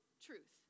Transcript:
truth